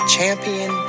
champion